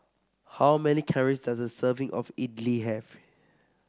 how many calories does a serving of Idili have